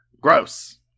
Gross